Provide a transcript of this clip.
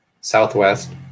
southwest